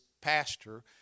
pastor